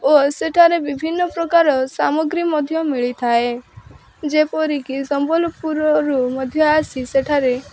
ଓ ସେଠାରେ ବିଭିନ୍ନପ୍ରକାର ସାମଗ୍ରୀ ମଧ୍ୟ ମିଳିଥାଏ ଯେପରି କି ସମ୍ବଲପୁରରୁ ମଧ୍ୟ ଆସି ସେଠାରେ